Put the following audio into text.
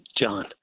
John